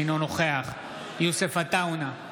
אינו נוכח יוסף עטאונה,